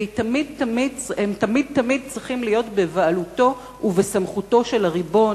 והם תמיד תמיד צריכים להיות בבעלותו ובסמכותו של הריבון,